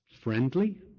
friendly